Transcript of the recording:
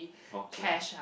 torture